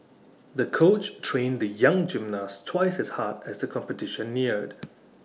the coach trained the young gymnast twice as hard as the competition neared